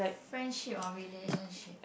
friendship or relationship